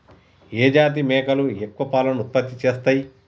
ఏ జాతి మేకలు ఎక్కువ పాలను ఉత్పత్తి చేస్తయ్?